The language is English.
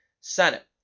Senate